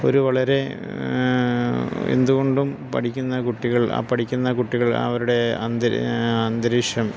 ഒരു വളരെ എന്തുകൊണ്ടും പഠിക്കുന്ന കുട്ടികൾ ആ പഠിക്കുന്ന കുട്ടികൾ അവരുടെ അന്തരീക്ഷം